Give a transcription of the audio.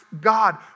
God